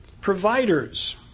providers